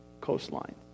coastline